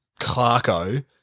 Clarko